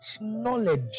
knowledge